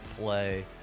play